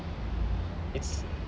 it's